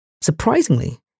Surprisingly